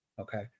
Okay